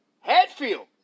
Hatfield